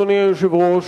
אדוני היושב-ראש,